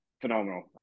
phenomenal